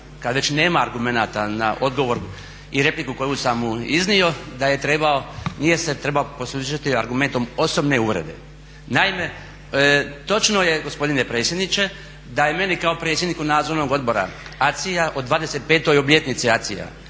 kad već nema argumenata na odgovor i repliku koju sam mu iznio da nije se trebao poslužiti argumentom osobne uvrede. Naime točno je, gospodine predsjedniče, da je meni kao predsjedniku Nadzornog odbora ACI-ja u 25. obljetnici ACI-ja